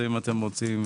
יכול להיות שאנחנו טועים.